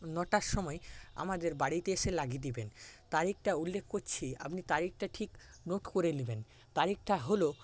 নটার সময় আমাদের বাড়িতে এসে লাগিয়ে দেবেন তারিখটা উল্লেখ করছি আপনি তারিখটা ঠিক নোট করে নেবেন তারিখটা হল